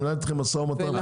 היא מנהלת איתכם משא ומתן,